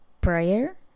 prayer